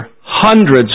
hundreds